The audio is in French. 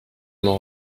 m’en